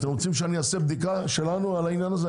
אתם רוצים שאני אעשה בדיקה שלנו על העניין הזה?